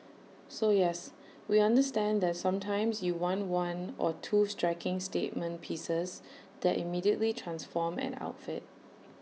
so yes we understand that sometimes you want one or two striking statement pieces that immediately transform an outfit